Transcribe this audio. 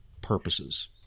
purposes